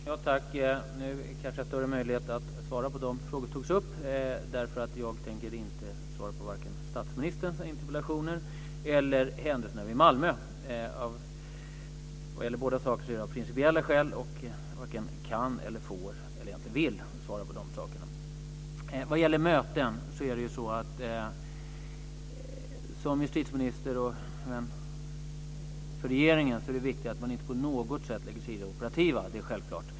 Fru talman! Nu kanske jag har större möjlighet att svara på de frågor som togs upp. Jag tänker nämligen inte svara vare sig på statsministerns interpellationer eller i fråga om händelserna i Malmö. Vad gäller båda sakerna är det av principiella skäl. Jag varken kan, får eller vill svara på de sakerna. Vad gäller möten är det viktigt, både för mig som justitieminister och för regeringen, att man inte på något sätt lägger sig i det operativa. Det är självklart.